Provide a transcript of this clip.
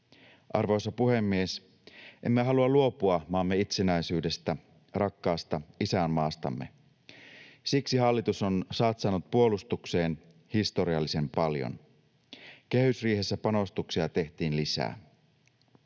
Arvoisa puhemies! Emme halua luopua maamme itsenäisyydestä, rakkaasta isänmaastamme. Siksi hallitus on satsannut puolustukseen historiallisen paljon. Kehysriihessä panostuksia tehtiin lisää.